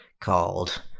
called